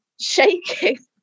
shaking